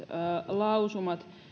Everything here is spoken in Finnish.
lausumat